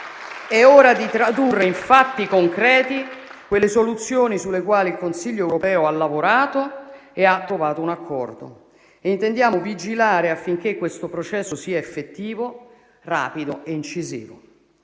è ora di tradurre in fatti concreti quelle soluzioni, sulle quali il Consiglio europeo ha lavorato e ha trovato un accordo. Intendiamo vigilare affinché questo processo sia effettivo, rapido e incisivo,